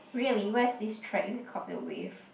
really where's this track is it called the wave